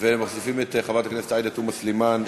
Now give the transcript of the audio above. אנחנו מוסיפים את חברת הכנסת עאידה תומא סלימאן,